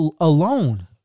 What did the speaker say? alone